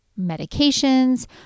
medications